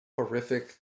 horrific